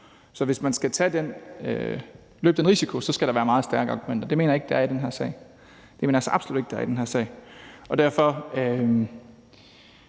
Så hvis man skal løbe den risiko, skal der være meget stærke argumenter, og det mener jeg ikke der er i den her sag. Det mener jeg så absolut ikke der er i den her sag. Derfor